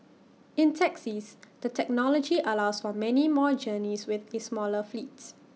in taxis the technology allows for many more journeys with A smaller fleets